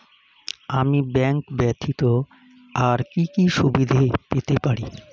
আমি ব্যাংক ব্যথিত আর কি কি সুবিধে পেতে পারি?